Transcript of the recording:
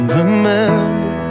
remember